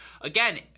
again